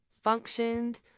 functioned